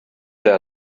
their